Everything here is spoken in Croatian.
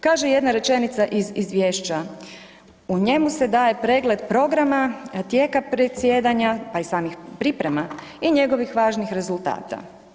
Kaže jedna rečenica iz, iz izvješća „u njemu se daje pregled programa, tijeka predsjedanja, pa i samih priprema i njegovih važnih rezultata“